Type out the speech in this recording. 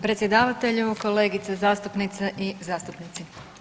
Predsjedavatelju, kolegice zastupnice i zastupnici.